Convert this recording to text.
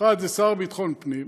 האחד זה השר לביטחון פנים,